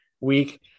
week